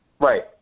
Right